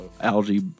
Algae